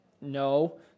no